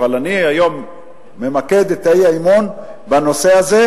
אבל היום אני ממקד את האי-אמון בנושא הזה,